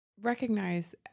recognize